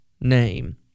name